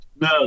No